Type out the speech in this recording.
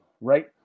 right